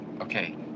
Okay